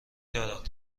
دارد